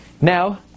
Now